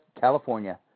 California